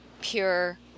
pure